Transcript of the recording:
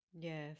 Yes